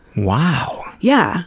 wow. yeah